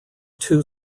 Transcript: two